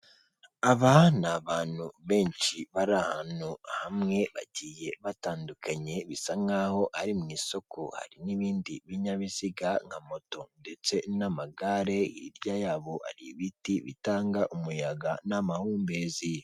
Aba ni abantu benshi bari ahantu hamwe, bagiye batandukanye, bisa nkaho ari mu isoko. Hari n'ibindi binyabiziga nka moto ndetse n'amagare, hirya yabo ari ibiti bitanga umuyaga n'amahumbezi.